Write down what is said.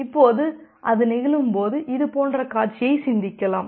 இப்போது அது நிகழும்போது இது போன்ற காட்சியை சிந்திக்கலாம்